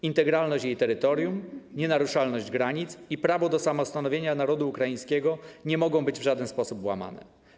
Integralność jej terytorium, nienaruszalność granic i prawo do samostanowienia narodu ukraińskiego nie mogą być w żaden sposób łamane.